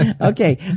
Okay